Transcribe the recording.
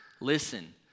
Listen